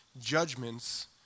judgments